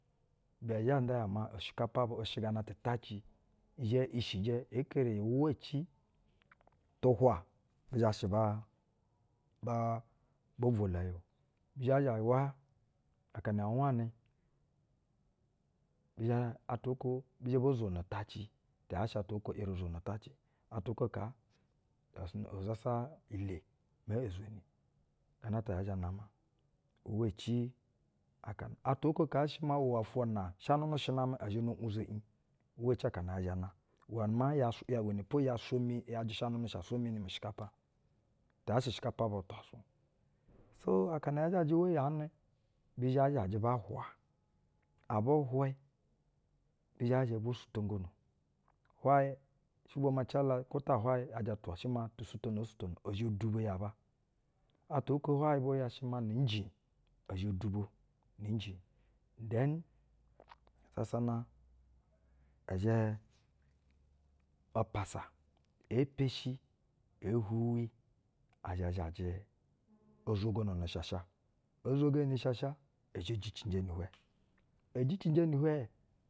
Ibɛ zhɛ nda ya iwɛ maa ushɛkapa bu ushɛ gana tɛ utaci. I zhɛ yɛ i shijɛ ee keri eye uwa ci tu hwa bi zha shɛ b aba bo vwolwo ya o. bi zhɛ atwa oko bi zhɛ bo zhono utaci ti yaa shɛ atwa oko eri zono utaci, atwa oko kaa diyaris no, izasa ule maa e zwenio. Gana ata ya zhɛ ya nama uwa ici aka, atwa okoka ishɛ maa iwɛ ofwp na shanunu shɛ namɛ, ɛ zhɛ bo unzo iŋ uwa ici akana yɛɛ zhɛ na. Iwɛ maa ya su, iwɛnɛpo ya swa meni, ‘yajɛ shanunu sha swa meni mu-ushɛkapa ti yaa shɛ ushɛkapa by twaswu. Nu gana ata, akana yaa zhajɛ uwa ya nɛ, bi zhɛ zhajɛ ba hwa, abɛ hwɛ, bi zhɛ zhɛ bo suton-gono. Hwayɛ, shɛvwonu ma cala, kwo ta hwuyɛ bwoya shɛ maa ni iŋji ozho dubo ni iŋji. Na zhɛ, sasana ɛ zhɛ piasa, ee pshi ee hwuwi, a zha zhajɛ o zhogono na ashasha. Ee zweheni na ashasha, ɛ zhɛ jiciŋ je ni-ihwɛ.